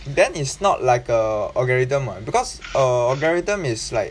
then it's not like a algorithm what because uh algorithm is like